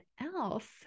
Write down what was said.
else